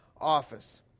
office